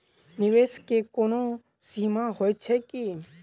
निवेश केँ कोनो सीमा होइत छैक की?